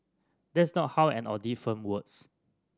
that's not how an audit firm works